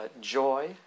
joy